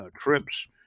trips